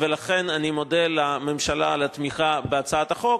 ולכן אני מודה לממשלה על התמיכה בהצעת החוק,